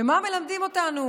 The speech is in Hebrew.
ומה מלמדים אותנו